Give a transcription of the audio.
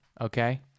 Okay